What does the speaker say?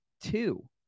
two